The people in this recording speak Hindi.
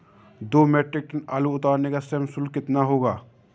दो मीट्रिक टन आलू उतारने का श्रम शुल्क कितना होगा?